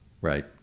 Right